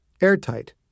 airtight